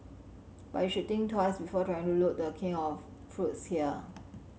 but you should think twice before trying to loot The King of fruits here